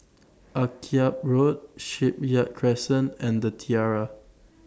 Akyab Road Shipyard Crescent and The Tiara